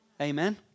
Amen